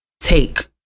take